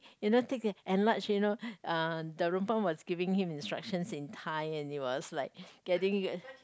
you know take enlarge you know uh Darunpan was giving him instructions in Thai and it was like getting